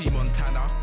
Montana